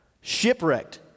Shipwrecked